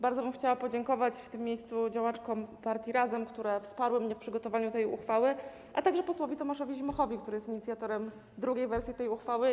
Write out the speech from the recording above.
Bardzo bym chciała podziękować w tym miejscu działaczkom partii Razem, które wsparły mnie w przygotowaniu tej uchwały, a także posłowi Tomaszowi Zimochowi, który jest inicjatorem drugiej wersji uchwały.